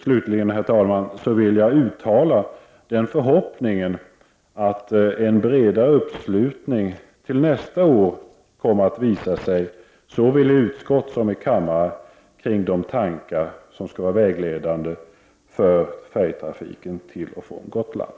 Slutligen, herr talman, vill jag uttala den förhoppningen att en bredare uppslutning kommer att visa sig nästa år, såväl i utskott som i kammare, kring de tankar som skall vara vägledande för färjetrafiken till och från Gotland.